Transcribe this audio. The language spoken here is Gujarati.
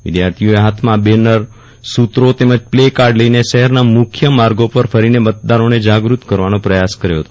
વિદ્યાર્થીઓએ ફાથમાં બેનર સુત્રો તેમજ પ્લેકાર્ડ લઇને શહેરના મુખ્ય માર્ગો પર ફરીને મતદારોને જાગૃત કરવાનો પ્રયાસ કર્યો ફતો